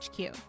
HQ